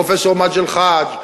פרופסור מאג'ד אלחאג',